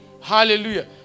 Hallelujah